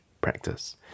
practice